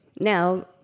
Now